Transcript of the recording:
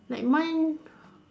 like mine